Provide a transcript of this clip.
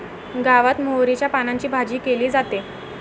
गावात मोहरीच्या पानांची भाजी केली जाते